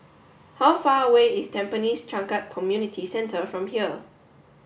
how far away is Tampines Changkat Community Centre from here